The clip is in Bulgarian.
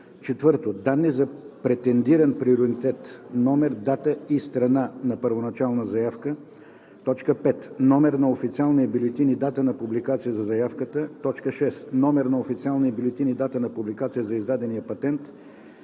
патент; 4. данни за претендиран приоритет – номер, дата и страна на първоначалната заявка; 5. номер на официалния бюлетин и дата на публикация за заявката; 6. номер на официалния бюлетин и дата на публикация за издадения патент;